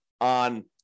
on